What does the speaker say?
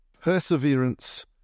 perseverance